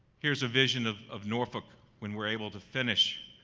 here is a vision of of norfolk when we are able to finish,